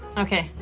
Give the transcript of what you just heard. okay,